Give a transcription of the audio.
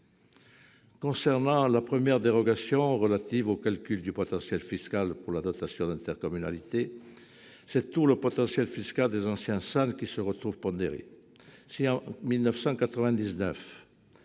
Concernant la première dérogation, relative au calcul du potentiel fiscal pour la dotation d'intercommunalité, c'est tout le potentiel fiscal des anciens SAN qui se trouve pondéré. Si, en 1999,